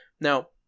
Now